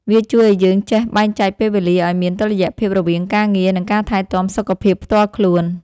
វាជួយឱ្យយើងចេះបែងចែកពេលវេលាឱ្យមានតុល្យភាពរវាងការងារ និងការថែទាំសុខភាពផ្ទាល់ខ្លួន។